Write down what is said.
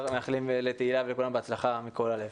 מאחלים לתהלה פרידמן ולכולם בהצלחה מכול הלב.